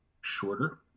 shorter